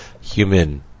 human